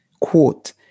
Quote